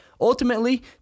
ultimately